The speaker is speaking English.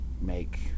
make